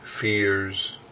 fears